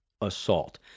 assault